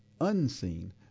unseen